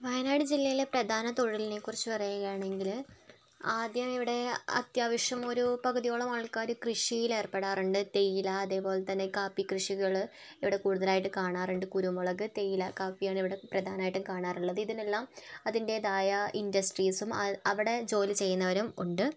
വയനാട് ജില്ലയിലെ പ്രധാന തൊഴിലിനെക്കുറിച്ച് പറയുകയാണെങ്കില് ആദ്യമിവിടെ അത്യാവശ്യമൊരു പകുതിയോളം ആൾക്കാര് കൃഷിയിലേർപ്പെടാറുണ്ട് തേയില അതേപോലെതന്നെ കാപ്പിക്കൃഷികള് ഇവിടെ കൂടുതലായിട്ട് കാണാറുണ്ട് കുരുമുളക് തേയില കാപ്പിയാണിവിടെ പ്രധാനമായിട്ടും കാണാറുള്ളത് ഇതിനെല്ലാം അതിൻറ്റേതായ ഇൻഡസ്ട്രീസും അവിടെ ജോലി ചെയ്യുന്നവരുമുണ്ട്